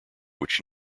which